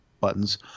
buttons